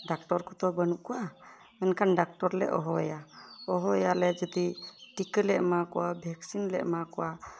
doctor ᱠᱚᱫᱚ ᱵᱟᱹᱱᱩᱜ ᱠᱚᱣᱟ ᱢᱮᱱᱠᱷᱟᱱ ᱰᱟᱠᱛᱚᱨ ᱞᱮ ᱦᱚᱦᱚᱣᱟᱭᱟ ᱦᱚᱦᱚᱣᱟᱭᱟᱞᱮ ᱡᱩᱫᱤ ᱴᱤᱠᱟᱹ ᱞᱮ ᱮᱢᱟ ᱠᱚᱣᱟ ᱵᱷᱮᱠᱥᱤᱱ ᱞᱮ ᱮᱢᱟᱣᱟᱠᱚᱣᱟ